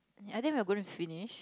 I think we are going to finish